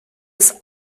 ist